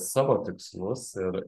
savo tikslus ir